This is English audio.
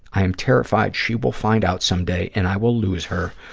i am terrified she will find out someday and i will lose her,